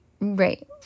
right